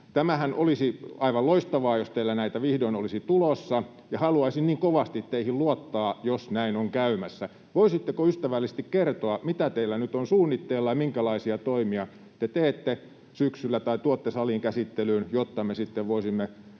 Tämähän olisi aivan loistavaa, jos teillä näitä vihdoin olisi tulossa, ja haluaisin niin kovasti teihin luottaa, jos näin on käymässä. Voisitteko ystävällisesti kertoa, mitä teillä nyt on suunnitteilla ja minkälaisia toimia te tuotte syksyllä saliin käsittelyyn, jotta me sitten voisimme